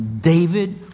David